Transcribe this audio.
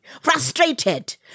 frustrated